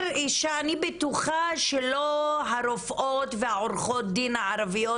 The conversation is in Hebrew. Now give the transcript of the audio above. אני בטוחה שלא הרופאות ועורכות הדין הערביות